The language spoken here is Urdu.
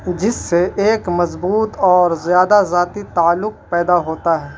جس سے ایک مضبوط اور زیادہ ذاتی تعلق پیدا ہوتا ہے